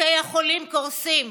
בתי החולים קורסים